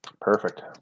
Perfect